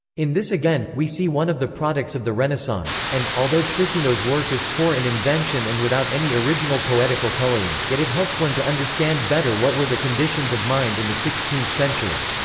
in this again, we see one of the products of the renaissance and, although trissino's work is poor in invention and without any original poetical coloring, yet it helps one to understand better what were the conditions of mind in the sixteenth century.